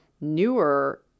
newer